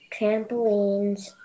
trampolines